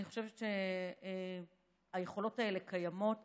אני חושבת שהיכולות האלה קיימות.